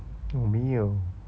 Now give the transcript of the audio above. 我没有